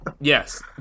Yes